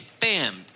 Bam